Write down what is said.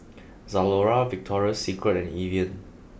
Zalora Victoria Secret and Evian